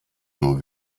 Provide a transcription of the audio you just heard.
nur